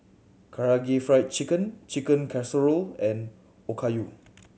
Karaage Fried Chicken Chicken Casserole and Okayu